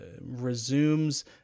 resumes